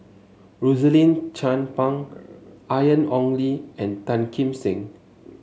Rosaline Chan Pang Ian Ong Li and Tan Kim Seng